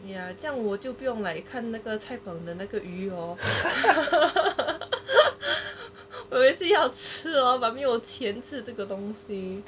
ya 这样我就不用 like 看那个的那个鱼 我一直要吃 hor but 没有钱吃这个东西